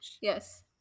yes